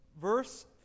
Verse